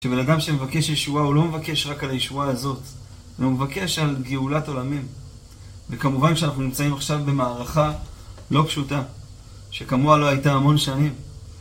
שלבנאדם שמבקש ישועה הוא לא מבקש רק על הישועה הזאת הוא מבקש על גאולת עולמים וכמובן שאנחנו נמצאים עכשיו במערכה לא פשוטה שכמוה לא הייתה המון שנים